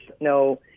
no